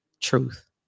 truth